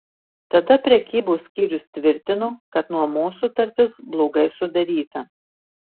tada prekybos skyrius tvirtino kad nuomos sutartis blogai sudaryta